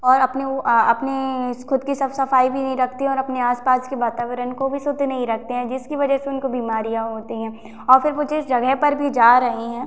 और अपने वो अपने खुद की साफ सफाई भी नहीं रखते हैं और अपने आस पास के वातावरण को भी शुद्ध नहीं रखते हैं जिसकी वजह से उनको बीमारियाँ होती हैं और फिर वो जिस जगह पर भी जा रहे हैं